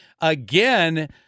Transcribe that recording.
again